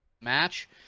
match